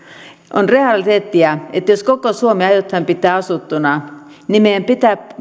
on realiteettia että jos koko suomi aiotaan pitää asuttuna meidän pitää